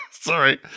sorry